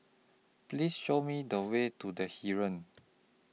Please Show Me The Way to The Heeren